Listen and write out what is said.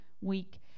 week